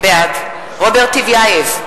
בעד רוברט טיבייב,